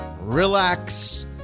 Relax